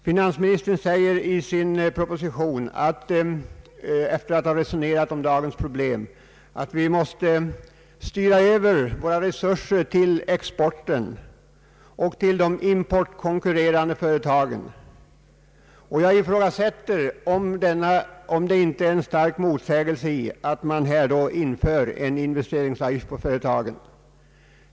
Finansministern säger i sin proposition — efter att ha resonerat om dagens problem — att vi måste styra över våra resurser till exporten och till de importkonkurrerande företagen. Jag ifrågasätter om det inte ligger en stark motsägelse i att man då inför en arbetsgivaravgift på företagen.